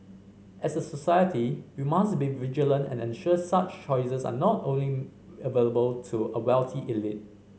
as a society we must be vigilant and ensure such choices are not only available to a wealthy elite